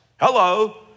Hello